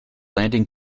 landing